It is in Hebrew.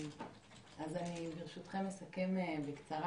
ברשותכם, אסכם בקצרה.